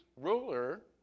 ruler